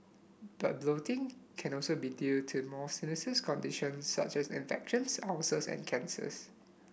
but bloating can also be due to more sinister conditions such as infections ulcers and cancers